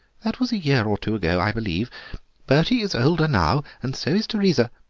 that was a year or two ago, i believe bertie is older now, and so is teresa.